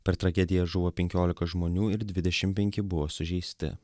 per tragediją žuvo penkiolika žmonių ir dvidešim penki buvo sužeisti